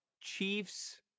Chiefs